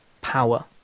power